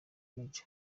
maj